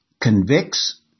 convicts